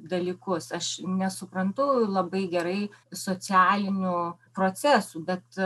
dalykus aš nesuprantu labai gerai socialinių procesų bet